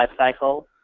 lifecycle